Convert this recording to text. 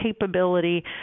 capability